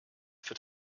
that